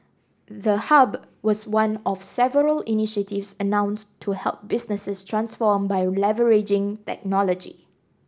the hub was one of several initiatives announced to help businesses transform by leveraging technology